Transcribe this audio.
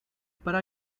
para